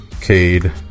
Cade